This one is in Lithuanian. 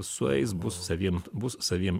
sueis bus saviem bus saviem